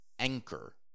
anchor